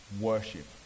worship